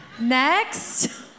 Next